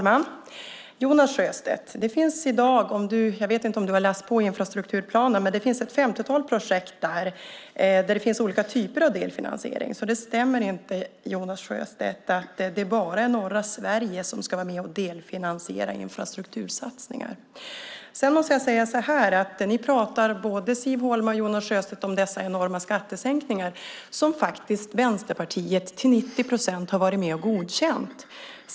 Fru talman! Jag vet inte om du har läst infrastrukturplanen, Jonas Sjöstedt, men där finns det ett femtiotal projekt med olika typer av delfinansiering så det stämmer inte att det bara är norra Sverige som ska vara med och delfinansiera infrastruktursatsningar. Både Siv Holma och Jonas Sjöstedt pratar om enorma skattesänkningar - som Vänsterpartiet till 90 procent faktiskt varit med och godkänt.